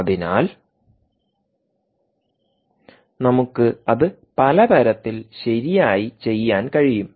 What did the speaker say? അതിനാൽ നമുക്ക് അത് പല തരത്തിൽ ശരിയായി ചെയ്യാൻ കഴിയും